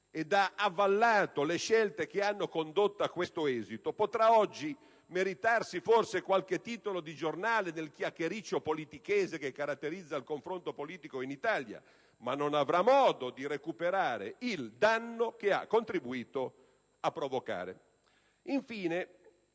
ed ha avallato le scelte che hanno condotto a questo esito potrà oggi meritarsi forse qualche titolo di giornale del chiacchiericcio politichese che caratterizza il confronto politico in Italia, ma non avrà modo di recuperare il danno che ha contribuito a provocare. Infine,